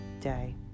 Day